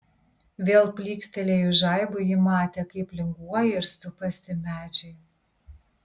vėl plykstelėjus žaibui ji matė kaip linguoja ir supasi medžiai